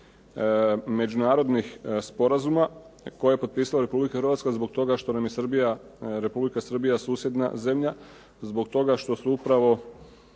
međunarodnih sporazuma koje je potpisala Republika Hrvatska zbog toga što nam je Srbija, Republika Srbija susjedna zemlja, zbog toga što su upravo